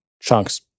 chunks